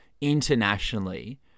internationally